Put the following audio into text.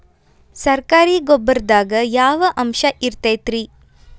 ಸರಕಾರಿ ಗೊಬ್ಬರದಾಗ ಯಾವ ಅಂಶ ಇರತೈತ್ರಿ?